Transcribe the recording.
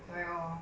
correct lor